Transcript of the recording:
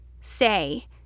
say